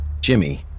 Jimmy